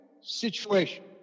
situation